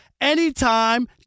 anytime